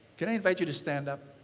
can i invite you to stand up?